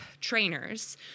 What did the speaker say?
trainers